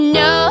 no